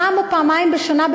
פעם או פעמיים בשנה,